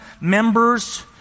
members